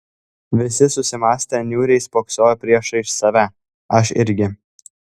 visi susimąstę niūriai spoksojo priešais save aš irgi